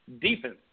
defense